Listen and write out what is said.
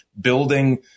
building